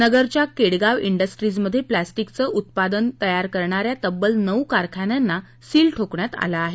नगरच्या केडगाव डिस्ट्रीजमध्ये प्लॉस्टिकचे उत्पादन तयार करण्यान्या तब्बल नऊ कारखान्यांना सिल ठोकण्यात आलं आहे